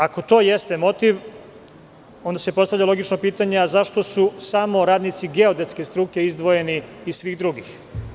Ako to jeste motiv, onda se postavlja logično pitanje, zašta su samo radnici geodetske struke izdvojeni iz svih drugih?